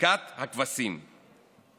שתיקת הכבשים.